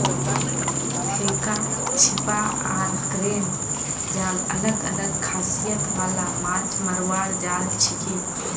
फेका छीपा आर क्रेन जाल अलग अलग खासियत वाला माछ मरवार जाल छिके